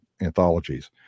anthologies